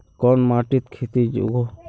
कोन माटित खेती उगोहो?